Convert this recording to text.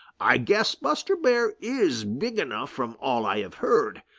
i guess buster bear is big enough from all i have heard,